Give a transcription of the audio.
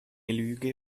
lüge